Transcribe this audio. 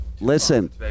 Listen